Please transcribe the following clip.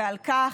ועל כך,